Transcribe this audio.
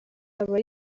aba